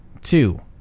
two